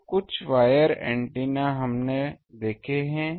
तो कुछ wire antenna हमने देखे हैं